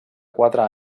quatre